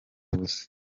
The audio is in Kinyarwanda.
ubusa